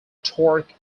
torque